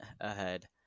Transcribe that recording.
ahead